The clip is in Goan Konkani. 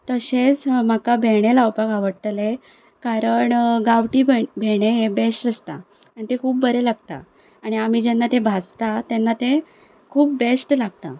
तशेंच म्हाका भेंडे लावपाक आवडटले कारण गांवठी भेंडे हे बेस्ट आसता आनी ते खूब बरे लागता आनी आमी जेन्ना ते भाजता तेन्ना ते खूब बेस्ट लागता